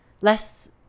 less